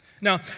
Now